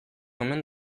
omen